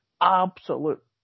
absolute